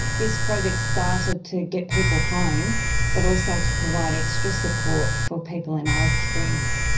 this project started to get people home but also to provide extra support for people in alice springs.